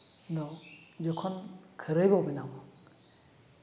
ᱫᱚ ᱡᱚᱠᱷᱚᱱ ᱠᱷᱟᱹᱨᱟᱹᱭ ᱵᱚ ᱵᱮᱱᱟᱣᱟ